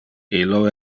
illo